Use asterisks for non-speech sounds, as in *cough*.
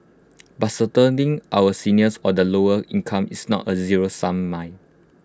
but *unintelligible* our seniors or the lower income is not A zero sum mine